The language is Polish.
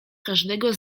każdego